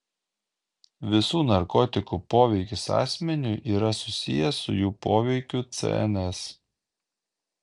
visų narkotikų poveikis asmeniui yra susijęs su jų poveikiu cns